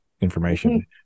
information